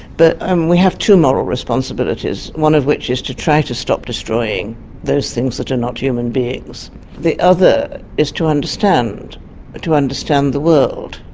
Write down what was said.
but um we have two moral responsibilities, one of which is to try and stop destroying those things that and not human beings the other is to understand to understand the world,